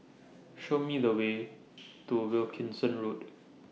Show Me The Way to Wilkinson Road